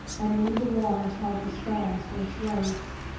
and knew the waters held the stones their slaves.